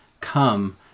come